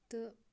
تہٕ